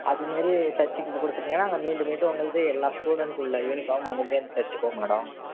அது மாரி தச்சு மீண்டும் மீண்டும் உங்களுக்கு எல்லா ஸ்டுடென்ட்க்குள்ளே யூனிஃபார்ம் உங்கள்கிட்டே வந்து தச்சுப்போம் மேடம்